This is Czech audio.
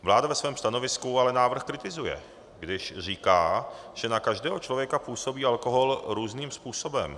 Vláda ve svém stanovisku ale návrh kritizuje, když říká, že na každého člověka působí alkohol různým způsobem.